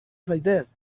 zaitez